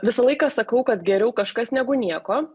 visą laiką sakau kad geriau kažkas negu nieko